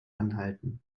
anhalten